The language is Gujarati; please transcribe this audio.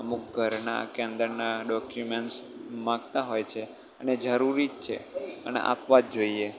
અમુક ઘરનાં કે અંદરના ડોક્યુમેન્ટ્સ માગતા હોય છે અને જરૂરી જ છે અને આપવા જ જોઈએ